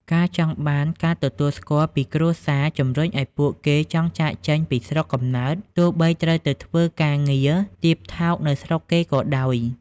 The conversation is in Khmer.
ការចង់បានការទទួលស្គាល់ពីគ្រួសារ ជំរុញឱ្យពួកគេចង់ចាកចេញពីស្រុកកំណើត ទោះបីត្រូវទៅធ្វើការងារទាបថោកនៅស្រុកគេក៏ដោយ។